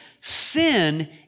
Sin